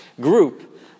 group